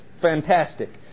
fantastic